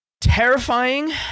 Terrifying